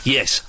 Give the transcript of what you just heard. Yes